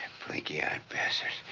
blinkey-eyed bastard.